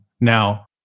now